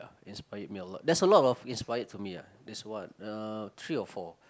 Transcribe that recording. inspired me a lot there's a lot of inspired for me ah there's what uh three or four